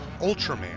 Ultraman